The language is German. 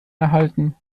erhalten